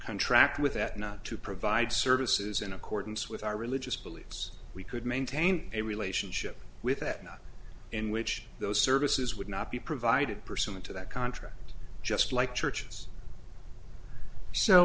contract with that not to provide services in accordance with our religious beliefs we could maintain a relationship with that not in which those services would not be provided pursuant to that contract just like churches so